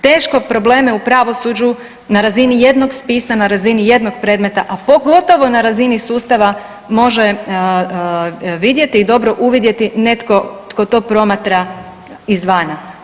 Teško probleme u pravosuđu na razini jednog spisa, na razini jednog predmeta, a pogotovo na razini sustava može vidjeti i dobro uvidjeti netko tko to promatra izvana.